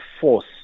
force